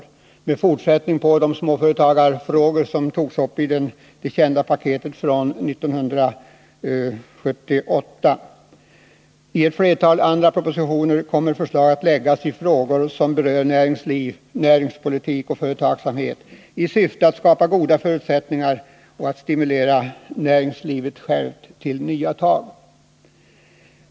Den bildar en fortsättning på de förslag i småföretagarfrågor som framlades i det kända paketet 1978. I flera andra propositioner kommer förslag att framläggas i frågor som rör näringsliv, näringspolitik och företagsamhet, i syfte att skapa goda förutsättningar för näringslivet och stimulera näringslivet självt till nya tag.